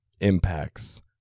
impacts